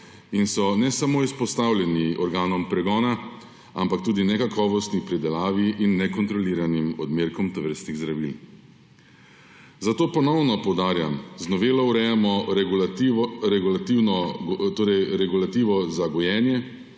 in so ne samo izpostavljeni organom pregona, ampak tudi nekakovostni predelavi in nekontroliranim odmerkom tovrstnih zdravil. Zato ponovno poudarjam, da z novelo urejamo regulativo za gojenje,